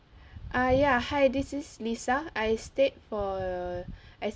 err ya hi this is lisa I stayed for a I